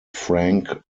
frank